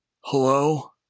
Hello